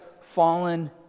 fallen